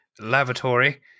lavatory